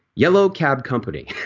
yellow cab company.